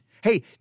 Hey